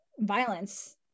Violence